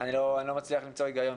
אני לא מצליח למצוא בזה היגיון.